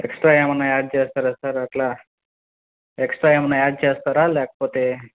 extra ఏమైనా add చేస్తారా sir అలా ఎక్స్ట్రా ఏమైనా యాడ్ చేస్తారా లేకపోతే